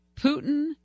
Putin